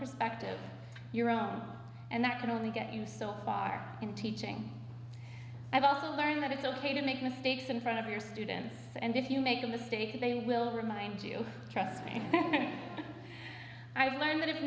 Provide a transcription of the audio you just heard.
perspective your own and that can only get you so far in teaching i've also learned that it's ok to make mistakes in front of your students and if you make a mistake they will remind you trust me i've learned that